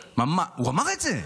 --- הוא אמר את זה,